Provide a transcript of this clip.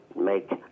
make